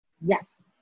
yes